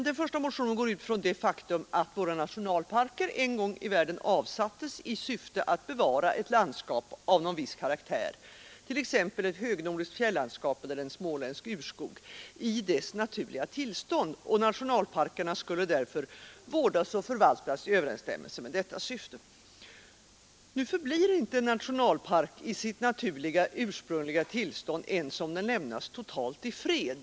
Den första motionen går ut från det faktum att våra nationalparker en gång avsattes i syfte att bevara ett landskap av någon viss karaktär, t.ex. ett högnordiskt fjällandskap eller en småländsk urskog, i dess naturliga tillstånd. Nationalparkerna skulle därför vårdas och förvaltas i överensstämmelse med detta syfte. Nu förblir inte en nationalpark i sitt naturliga ursprungliga tillstånd ens om den lämnas totalt i fred.